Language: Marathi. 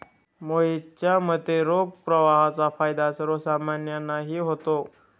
मोहितच्या मते, रोख प्रवाहाचा फायदा सर्वसामान्यांनाही होतो